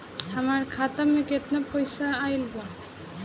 हमार खाता मे केतना पईसा आइल बा?